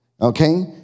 Okay